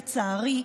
לצערי,